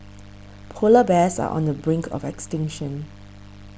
Polar Bears are on the brink of extinction